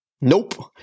Nope